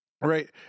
right